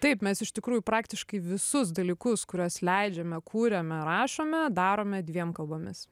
taip mes iš tikrųjų praktiškai visus dalykus kuriuos leidžiame kuriame rašome darome dviem kalbomis